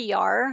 PR